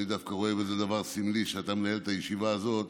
אני דווקא רואה בזה דבר סמלי שאתה מנהל את הישיבה הזאת,